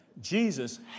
Jesus